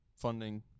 funding